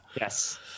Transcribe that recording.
Yes